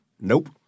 Nope